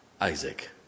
Isaac